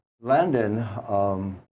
Landon